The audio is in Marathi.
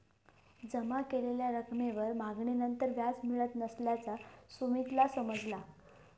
जमा केलेल्या रकमेवर मागणीनंतर व्याज मिळत नसल्याचा सुमीतला समजला